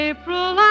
April